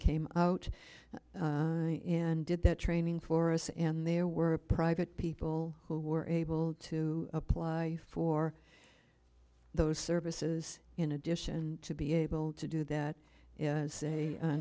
came out and did the training for us and there were private people who were able to apply for those services in addition to be able to do that in say